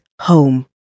home